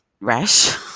rash